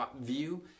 view